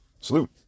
salute